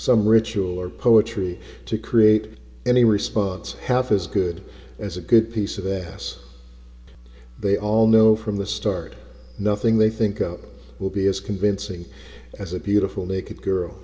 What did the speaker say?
some ritual or poetry to create any response half as good as a good piece of advice they all know from the start nothing they think of will be as convincing as a beautiful naked girl